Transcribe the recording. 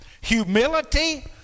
humility